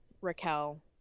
Raquel